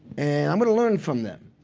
and i'm going to learn from them.